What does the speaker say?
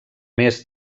més